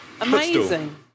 Amazing